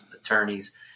attorneys